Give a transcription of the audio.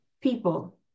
people